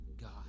God